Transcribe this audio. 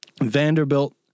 Vanderbilt